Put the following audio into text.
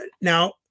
now